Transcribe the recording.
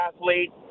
athlete